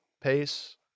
Pace